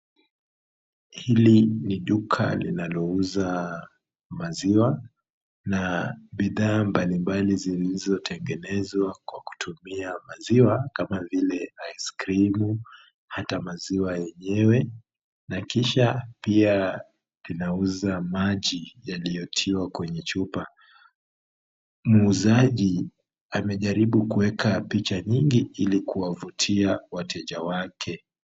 Hili ni duka linalouza maziwa na bidhaa mbalimbali zilizotengenezwa kwa kutumia maziwa kama vile aisikrimu ata maziwa yenyewe na kisha pia linauza maji yaliyotiwa kwenye chupa. Muuzaji amejaribu kuweka picha nyingi ili kuwavutia wateja wake.